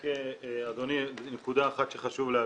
רק, אדוני, נקודה אחת שחשוב להבהיר.